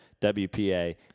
WPA